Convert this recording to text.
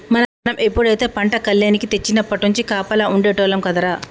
మనం ఎప్పుడైతే పంట కల్లేనికి తెచ్చినప్పట్నుంచి కాపలా ఉండేటోల్లం కదరా